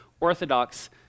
Orthodox